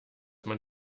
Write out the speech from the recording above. man